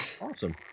Awesome